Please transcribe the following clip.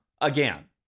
again